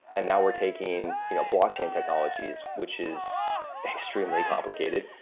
and now we're taking you know blockchain technologies, which is extremely complicated,